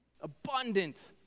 abundant